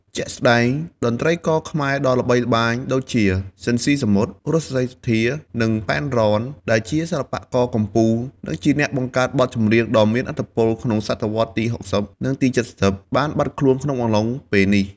ជាក់ស្តែង តន្ត្រីករខ្មែរដ៏ល្បីល្បាញដូចជា ស៊ីន ស៊ីសាមុត រស់ សេរីសុទ្ធា និង ប៉ែន រ៉ន ដែលជាសិល្បករកំពូល និងជាអ្នកបង្កើតបទចម្រៀងដ៏មានឥទ្ធិពលក្នុងទសវត្សរ៍ទី៦០ និងទី៧០ បាន បាត់ខ្លួនក្នុងអំឡុងពេលនេះ។